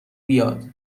بیاد